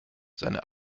seine